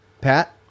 Pat